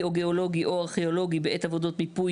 או גיאולוגי או ארכיאולוגי בעת עבודות מיפוי,